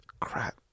crap